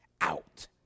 out